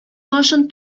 башын